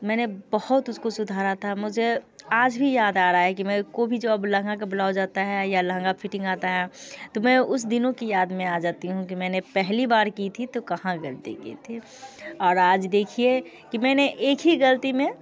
मैंने बहुत उसको सुधारा था मुझे आज भी याद आ रहा है कि मैं कोई भी जब लहंगा का ब्लाउज आता है या लहंगा फ़िटींग आता है तो मैं उन दिनों की याद में आ जाती हूँ कि मैं पहली बार की थी तो कहाँ गलती की थी और आज देखिए कि मैंने एक ही गलती में